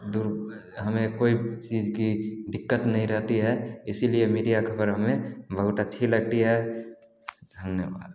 दूर हमें कोई चीज़ की दिक्कत नहीं रहती है इसीलिए मीडिया खबर हमें बहुत अच्छी लगती है धन्यवाद